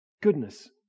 Goodness